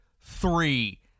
three